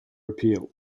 appeal